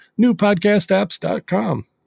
newpodcastapps.com